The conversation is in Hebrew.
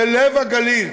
בלב הגליל,